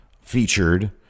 featured